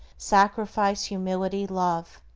sacrifice, humility, love,